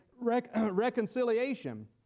reconciliation